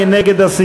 מי נגד?